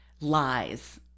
Lies